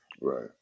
Right